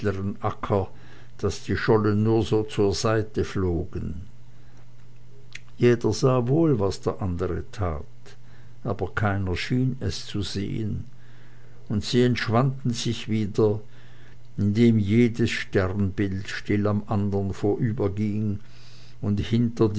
daß die schollen nur so zur seite flogen jeder sah wohl was der andere tat aber keiner schien es zu sehen und sie entschwanden sich wieder indem jedes sternbild still am andern vorüberging und hinter